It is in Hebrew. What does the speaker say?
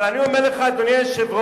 אבל אני אומר לך, אדוני היושב-ראש,